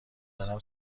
دارم